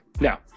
Now